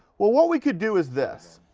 well what we could do is this.